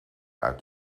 uit